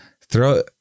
throw